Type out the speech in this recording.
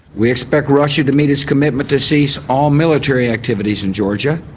we expect russia to meet its commitment to cease all military activities in georgia